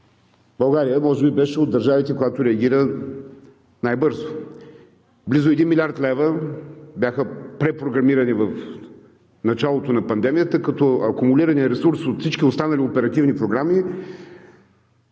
България може би беше от държавите, която реагира най-бързо. Близо 1 млрд. лв. бяха препрограмирани в началото на пандемията, като акумулираният ресурс от всички останали оперативни програми